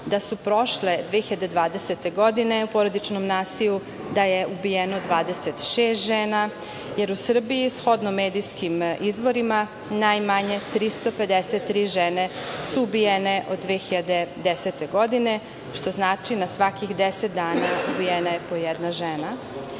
da su prošle 2020. godine u porodičnom nasilju, da je ubijeno 26 žena, jer u Srbiji shodno medijskim izvorima, najmanje 353 žene su ubijene od 2010. godine, što znači na svakih deset dana ubijena je po jedna